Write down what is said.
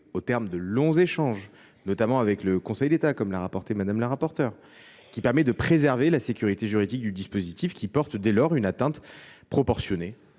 au terme de longs échanges, notamment avec le Conseil d’État, comme l’a rappelé Mme la rapporteure, qui permet de préserver la sécurité juridique du dispositif, lequel porte dès lors une atteinte proportionnée